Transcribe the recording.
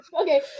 Okay